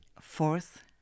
fourth